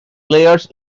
players